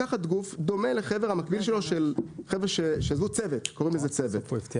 לקחת גוף דומה לחבר, המקביל שלו, קוראים לזה צוות.